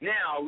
Now